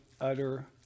utter